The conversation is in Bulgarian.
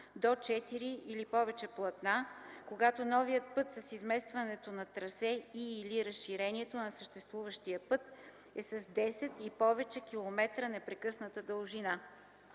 или повече платна, когато новият път, изместването на трасе и/или разширението на съществуващия път е с 10 и повече км непрекъсната дължина.